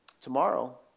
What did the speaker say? tomorrow